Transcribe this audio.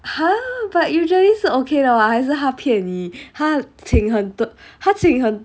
!huh! but usually 是 okay 的 [what] 还是他骗你他请很多他请很